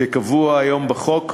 כקבוע היום בחוק,